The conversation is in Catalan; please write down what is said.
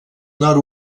nord